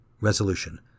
Resolution